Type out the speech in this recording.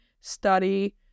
study